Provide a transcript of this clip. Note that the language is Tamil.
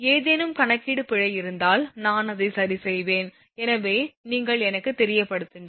ஏதேனும் கணக்கீடு பிழை இருந்தால் நான் அதை சரிசெய்வேன் எனவே நீங்கள் எனக்குத் தெரியப்படுத்துங்கள்